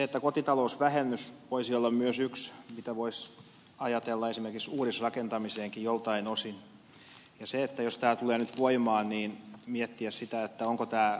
mutta kotitalousvähennys voisi olla myös yksi mitä voisi ajatella esimerkiksi uudisrakentamiseenkin joiltain osin ja jos tämä tulee nyt voimaan niin voisi miettiä sitä onko tämä määräaikainen